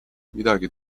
midagi